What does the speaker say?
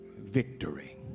Victory